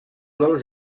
dels